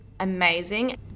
amazing